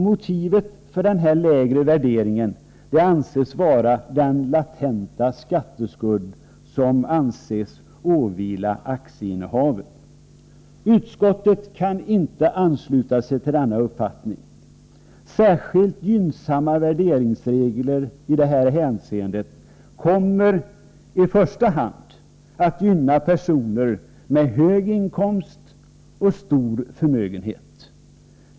Motivet för denna lägre värdering sägs vara den latenta skatteskuld som anses åvila aktieinnehavet. Utskottsmajoriteten kan inte ansluta sig till denna uppfattning. Särskilt gynnsamma värderingsregler i detta hänseende kommer i första hand att gynna personer med hög inkomst och stor förmögenhet.